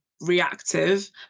reactive